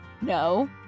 No